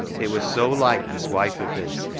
it was so like this wife of his,